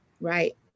right